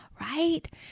right